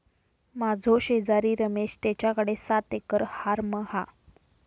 माझो शेजारी रमेश तेच्याकडे सात एकर हॉर्म हा